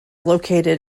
located